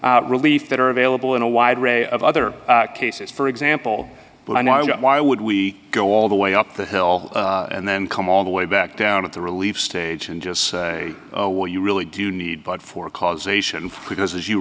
relief that are available in a wide range of other cases for example but i know why would we go all the way up the hill and then come all the way back down at the relief stage and just say oh well you really do need blood for causation because as you